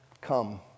come